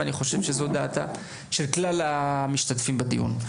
ואני חושב שזאת דעתם של כלל המשתתפים בדיון.